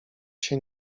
się